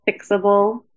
fixable